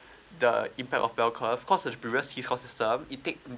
the impact of bell curve cause the previous ecosystem it take